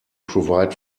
provide